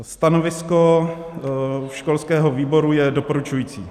Stanovisko školského výboru je doporučující.